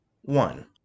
One